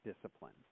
discipline